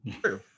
True